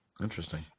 interesting